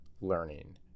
learning